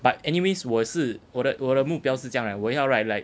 but anyways 我也是我的我的目标是这样 right 我要 right like